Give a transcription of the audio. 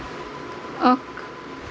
اکھ